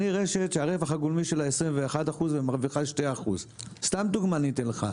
אני רשת שהרווח הגולמי שלה 21% ומרוויחה 2%. סתם דוגמה אני אתן לך,